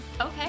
Okay